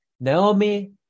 Naomi